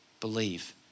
believe